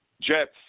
Jets